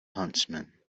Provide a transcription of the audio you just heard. huntsman